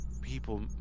people